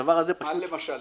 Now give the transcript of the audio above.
מה למשל?